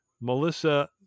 Melissa